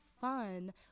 fun